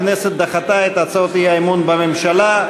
הכנסת דחתה את הצעות האי-אמון בממשלה.